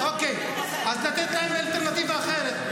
אוקיי, אז לתת להם אלטרנטיבה אחרת.